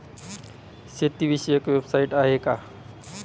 शेतीविषयक वेबसाइट आहे का?